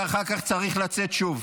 ואחר כך צריך לצאת שוב,